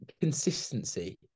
consistency